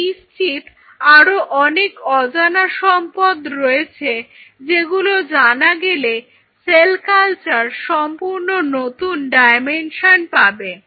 আমি নিশ্চিত আরো অনেক অজানা সম্পদ রয়েছে যেগুলো জানা গেলে সেল কালচার সম্পূর্ণ নতুন ডায়মেনশন পাবে